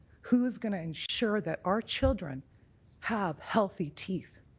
who is going to ensure that our children have healthy teeth?